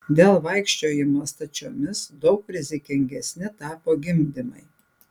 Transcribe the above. dėl vaikščiojimo stačiomis daug rizikingesni tapo gimdymai